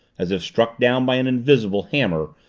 as if struck down by an invisible hammer,